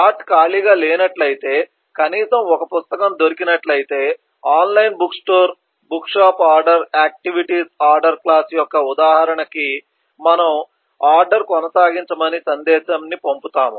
బండి ఖాళీగా లేనట్లయితే కనీసం ఒక పుస్తకం దొరికినట్లయితే online book store bookshop order activities order class యొక్క ఉదాహరణకి మనము ఆర్డర్ కొనసాగించమని సందేశం ని పంపుతాం